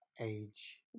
age